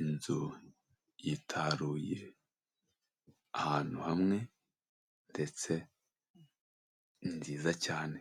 Inzu yitaruye ahantu hamwe ndetse nziza cyane,